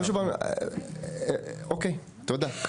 אבל שוב פעם, אוקיי, תודה.